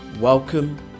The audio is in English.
Welcome